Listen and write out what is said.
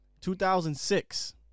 2006